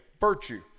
virtue